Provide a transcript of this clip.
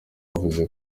bavuze